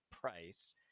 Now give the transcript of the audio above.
price